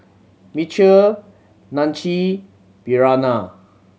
Mitchel Nanci Briana